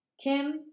kim